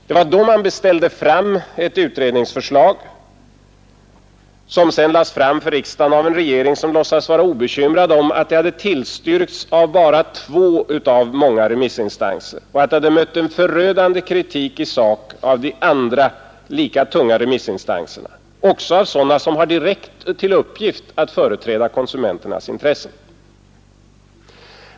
” Det var då man beställde fram ett utredningsförslag, som sedan lades fram för riksdagen av en regering som låtsades vara obekymrad om att det hade tillstyrkts av bara två av många remissinstanser och att det hade mött en förödande kritik i sak av de andra lika tunga remissinstanserna, också av sådana som har direkt till uppgift att företräda konsumenternas intressen.